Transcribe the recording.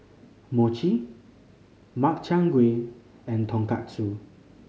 Mochi Makchang Gui and Tonkatsu